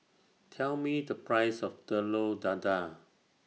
Tell Me The Price of Telur Dadah